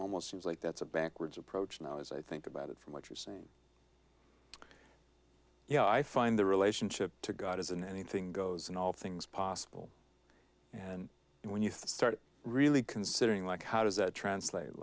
almost seems like that's a backwards approach and i was i think about it from what you're saying you know i find the relationship to god as an anything goes in all things possible and when you think start really considering like how does that translate